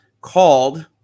called